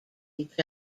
each